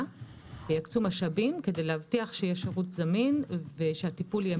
ויקצו משאבים כדי להבטיח שיהיה שירות זמין ושהטיפול יהיה